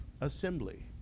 Assembly